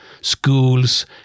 schools